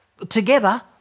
Together